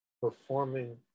performing